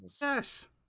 yes